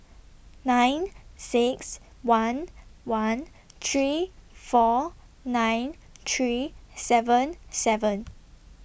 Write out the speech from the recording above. nine six one one three four nine three seven seven